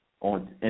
on